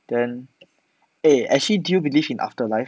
then eh actually do you believe in after life